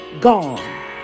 gone